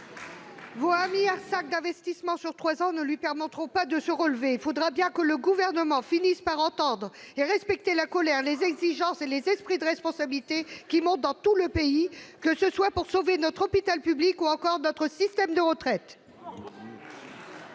d'euros d'investissements sur trois ans ne permettra pas à l'hôpital public de se relever. Il faudra bien que le Gouvernement finisse par entendre et respecter la colère, les exigences et l'esprit de responsabilité qui montent dans tout le pays, pour sauver notre hôpital public ou notre système de retraite.